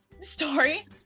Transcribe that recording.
story